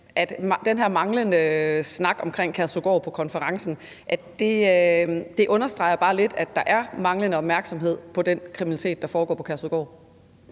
at den her manglende snak omkring Kærshovedgård på konferencen lidt understreger, at der er manglende opmærksomhed på den kriminalitet, der foregår på Kærshovedgård.